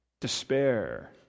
despair